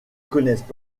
connaissent